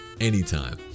anytime